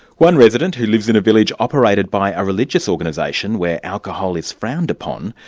one resident, who lives in a village operated by a religious organisation where alcohol is frowned upon,